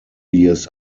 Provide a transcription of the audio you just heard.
years